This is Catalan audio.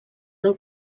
del